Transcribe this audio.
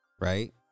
Right